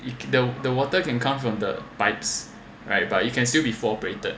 if the the water can come from the pipes right but you can still be full operated